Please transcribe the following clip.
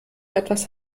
etwas